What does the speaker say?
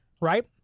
right